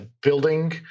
building